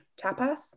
tapas